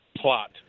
plot